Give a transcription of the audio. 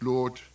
Lord